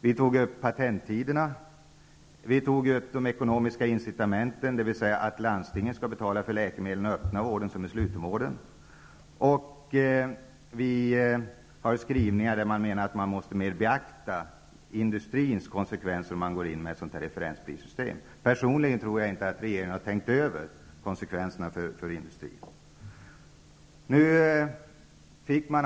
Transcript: Vi tog upp patenttiderna, vi tog upp de ekonomiska incitamenten, dvs. att landstingen skall betala för läkemedlen i den öppna vården såväl som i den slutna vården, och vi skriver att man i högre grad måste beakta konsekvenserna för industrin av att man går in med ett sådant här referensprissystem. Personligen tror jag inte att regeringen har tänkt över konsekvenserna för industrin.